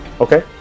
Okay